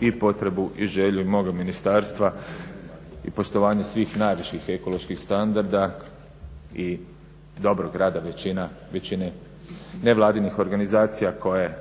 i potrebu i želju i moga ministarstva i poštovanje svih najviših ekoloških standarda i dobrog rada većine nevladinih organizacija koje